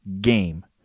game